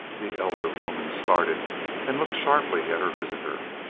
the elder woman started and looked sharply at her visitor.